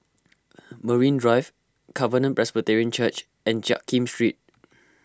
Marine Drive Covenant Presbyterian Church and Jiak Kim Street